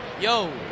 Yo